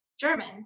German